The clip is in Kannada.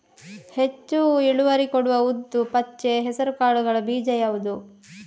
ಹೆಚ್ಚು ಇಳುವರಿ ಕೊಡುವ ಉದ್ದು, ಪಚ್ಚೆ ಹೆಸರು ಕಾಳುಗಳ ಬೀಜ ಯಾವುದು?